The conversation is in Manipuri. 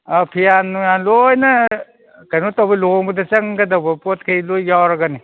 ꯑꯥ ꯐꯤꯌꯥꯟ ꯅꯨꯡꯌꯥꯟ ꯂꯣꯏꯅ ꯀꯩꯅꯣ ꯇꯧꯕ ꯂꯨꯍꯣꯡꯕꯗ ꯆꯪꯒꯗꯧꯕ ꯄꯣꯠꯈꯩ ꯂꯣꯏ ꯌꯥꯎꯔꯒꯅꯤ